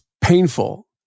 painful